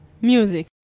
Music